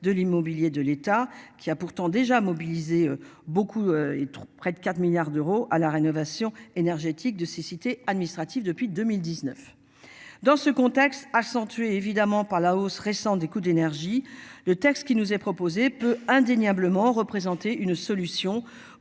de l'immobilier de l'État qui a pourtant déjà mobilisé beaucoup et tout près de 4 milliards d'euros à la rénovation énergétique de cécité administrative depuis 2019. Dans ce contexte. Évidemment par la hausse récente des coûts d'énergie. Le texte qui nous est proposé peut indéniablement représenter une solution